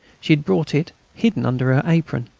she had brought it hidden under her apron.